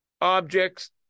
objects